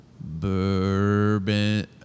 bourbon